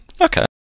Okay